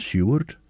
Seward